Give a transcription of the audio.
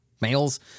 males